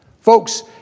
Folks